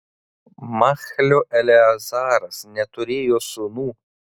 machlio eleazaras neturėjo sūnų